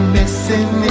missing